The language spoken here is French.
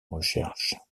recherche